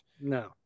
no